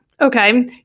okay